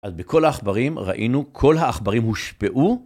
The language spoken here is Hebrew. אז בכל העכברים ראינו, כל העכברים הושפעו.